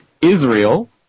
Israel